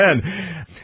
amen